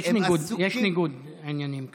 יש ניגוד עניינים פה.